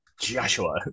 Joshua